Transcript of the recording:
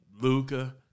Luca